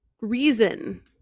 reason